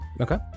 Okay